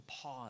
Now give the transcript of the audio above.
pause